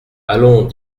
allons